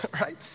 right